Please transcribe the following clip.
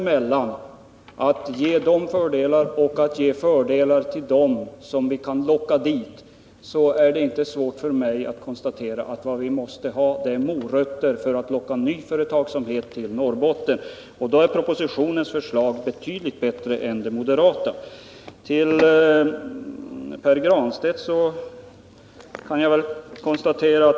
Men här är det en valsituation, och då är det inte svårt för mig att konstatera att vi måste ha morötter för att locka ny företagsamhet till Norrbotten. I det syftet är propositionens förslag betydligt bättre än det moderata förslaget.